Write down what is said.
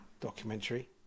documentary